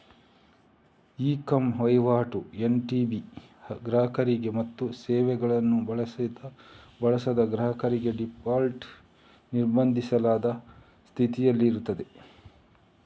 E com ವಹಿವಾಟು NTB ಗ್ರಾಹಕರಿಗೆ ಮತ್ತು ಸೇವೆಗಳನ್ನು ಬಳಸದ ಗ್ರಾಹಕರಿಗೆ ಡೀಫಾಲ್ಟ್ ನಿರ್ಬಂಧಿಸಲಾದ ಸ್ಥಿತಿಯಲ್ಲಿರುತ್ತದೆ